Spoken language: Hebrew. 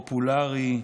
פופולרי,